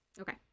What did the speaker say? Okay